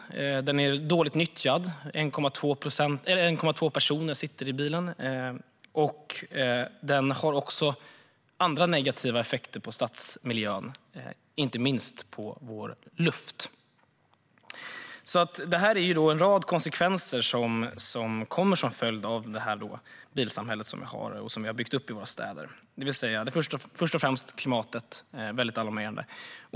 Den är dåligt nyttjad. I genomsnitt sitter det 1,2 personer i bilen. Den har också andra negativa effekter på stadsmiljön, inte minst på vår luft. Det här är en rad konsekvenser av det bilsamhälle som vi har och som vi har byggt upp i våra städer. Först och främst är klimatet väldigt alarmerande.